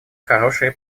хорошие